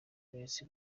iminsi